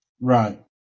Right